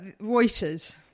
Reuters